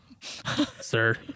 sir